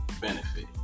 benefit